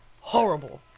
horrible